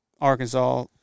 Arkansas